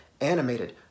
animated